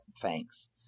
thanks